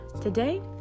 Today